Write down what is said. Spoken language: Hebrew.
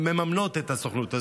שמממנות את הסוכנות הזו,